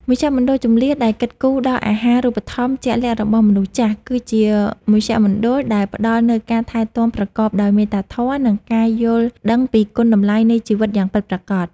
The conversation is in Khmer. មជ្ឈមណ្ឌលជម្លៀសដែលគិតគូរដល់អាហារូបត្ថម្ភជាក់លាក់របស់មនុស្សចាស់ គឺជាមជ្ឈមណ្ឌលដែលផ្តល់នូវការថែទាំប្រកបដោយមេត្តាធម៌ និងការយល់ដឹងពីគុណតម្លៃនៃជីវិតយ៉ាងពិតប្រាកដ។